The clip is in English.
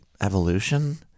evolution